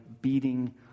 beating